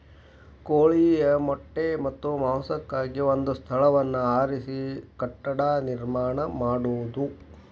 ಕೋಳಿಯ ಮೊಟ್ಟೆ ಮತ್ತ ಮಾಂಸಕ್ಕಾಗಿ ಒಂದ ಸ್ಥಳವನ್ನ ಆರಿಸಿ ಕಟ್ಟಡಾ ನಿರ್ಮಾಣಾ ಮಾಡುದು